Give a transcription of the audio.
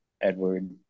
Edward